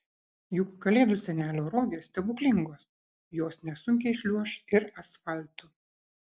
juk kalėdų senelio rogės stebuklingos jos nesunkiai šliuoš ir asfaltu